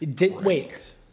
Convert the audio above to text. Wait